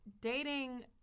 dating